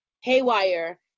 haywire